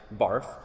Barf